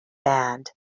band